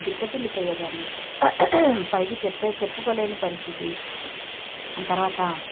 బిక్కటిల్లి పోయేదాన్ని పైకి చెప్పే చెప్పుకోలేని పరిస్థితి తరువాత